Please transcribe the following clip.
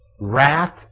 Wrath